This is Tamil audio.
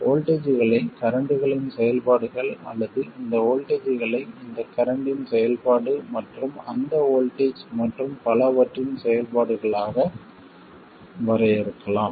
வோல்ட்டேஜ்களை கரண்ட்களின் செயல்பாடுகள் அல்லது இந்த வோல்ட்டேஜ்களை இந்த கரண்ட்டின் செயல்பாடு மற்றும் அந்த வோல்ட்டேஜ் மற்றும் பலவற்றின் செயல்பாடுகளாக வரையறுக்கலாம்